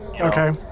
Okay